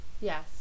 Yes